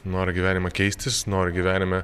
nori gyvenimą keistis nori gyvenime